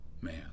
man